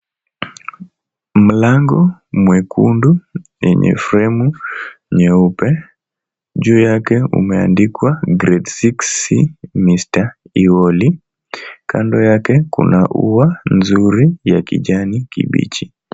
Mlango mwekundu lenye fremu nyeupe, juu yake umeandikwa Grade 6c Mr Ewoli. Kando yake kuna ua nzuri ya kijani kibichi.